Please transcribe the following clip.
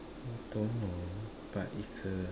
I don't know but is the